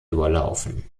überlaufen